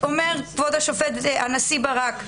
אומר כבוד הנשיא ברק,